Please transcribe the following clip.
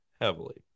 heavily